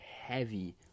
heavy